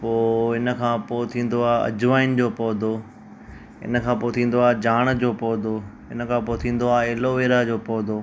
पोइ हिन खां पोइ थींदो अजवाइन जो पौधो इन खां पोइ थींदो आहे जाड़ ओ पौधो इन खां पोइ थींदो आहे एलोवेरा जो पौधो